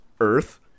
Earth